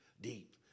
deep